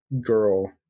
girl